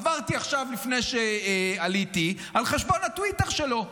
עכשיו, לפני שעליתי, עברתי על חשבון הטוויטר שלו.